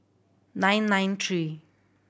nine nine three